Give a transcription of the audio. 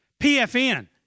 PFN